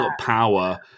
power